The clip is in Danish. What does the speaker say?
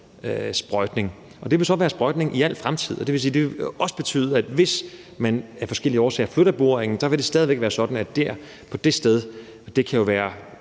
sprøjtning, og det vil så være sprøjtning i al fremtid. Det vil også betyde, at det, hvis man af forskellige årsager flytter en boring, så stadig væk vil være sådan, at man på det sted – og det kan være